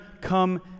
come